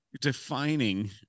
defining